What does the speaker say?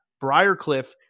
Briarcliff